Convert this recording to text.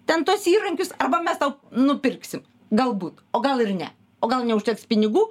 ten tuos įrankius arba mes tau nupirksim galbūt o gal ir ne o gal neužteks pinigų